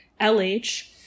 LH